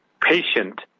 patient